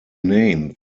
name